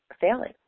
failing